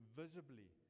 visibly